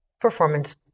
performance